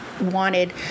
wanted